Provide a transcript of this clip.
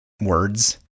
words